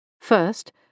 First